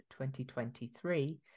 2023